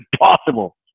impossible